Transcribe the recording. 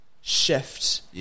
shift